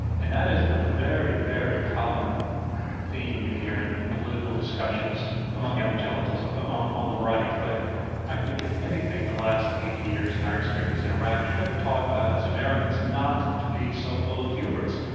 and that is a very, very common theme you hear in and political discussions among evangelicals on on the right. but i think if anything, the last eight years and our experience in iraq should have taught us americans not to be so full of hubris,